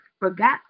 forgot